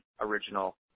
original